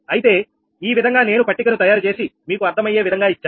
అయితే ఈ విధంగా నేను పట్టికను తయారుచేసి మీకు అర్థమయ్యే విధంగా ఇచ్చాను